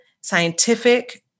scientific